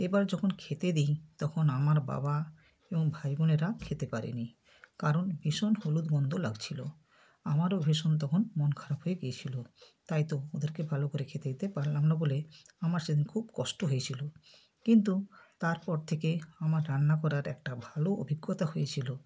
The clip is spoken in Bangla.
এবার যখন খেতে দিই তখন আমার বাবা এবং ভাই বোনেরা খেতে পারে নি কারণ ভীষণ হলুদ গন্ধ লাগছিলো আমারও ভীষণ তখন মন খারাপ হয়ে গিয়েছিলো তাই তো ওদেরকে ভালো করে খেতে দিতে পারলাম না বলে আমার সেদিন খুব কষ্ট হয়েছিলো কিন্তু তারপর থেকে আমার রান্না করার একটা ভালো অভিজ্ঞতা হয়েছিলো